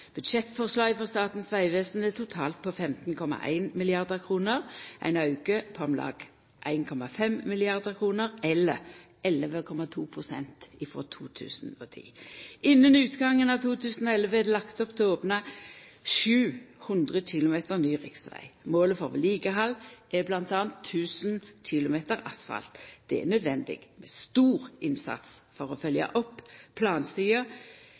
Budsjettforslaget for Statens vegvesen er totalt på 15,1 mrd. kr – ein auke på om lag 1,5 mrd. kr, eller 11,2 pst. frå 2010. Innan utgangen av 2011 er det lagt opp til å opna 700 km ny riksveg. Målet for vedlikehald er bl.a. 1 000 km asfalt. Det er nødvendig med stor innsats for å følgja opp på plansida